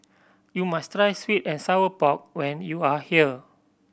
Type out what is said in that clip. you must try sweet and sour pork when you are here